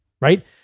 right